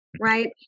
Right